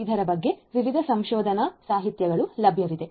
ಇದರ ಬಗ್ಗೆ ವಿವಿಧ ಸಂಶೋಧನಾ ಸಾಹಿತ್ಯಗಳು ಲಭ್ಯವಿದೆ